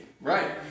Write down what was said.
Right